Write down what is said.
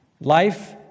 Life